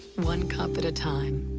one cup at a time.